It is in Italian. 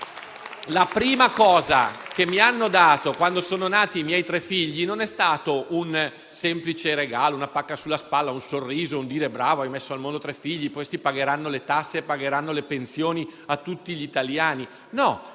La prima cosa che mi hanno dato quando sono nati i miei tre figli non è stato un semplice regalo, una pacca sulla spalla, un sorriso, un dire: «Bravo, hai messo al mondo tre figli, che poi pagheranno le tasse e pagheranno le pensioni a tutti gli italiani»;